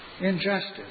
Injustice